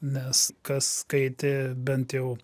nes kas skaitė bent jau